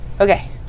Okay